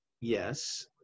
Yes